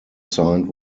signed